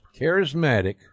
charismatic